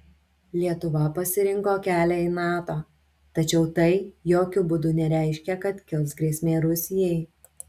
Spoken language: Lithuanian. lietuva pasirinko kelią į nato tačiau tai jokiu būdu nereiškia kad kils grėsmė rusijai